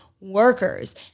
workers